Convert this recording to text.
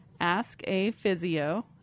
askaphysio